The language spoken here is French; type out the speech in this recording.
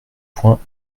points